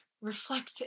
reflect